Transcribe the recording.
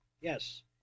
Yes